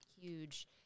huge